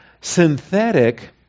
Synthetic